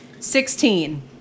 Sixteen